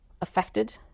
affected